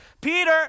Peter